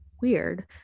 weird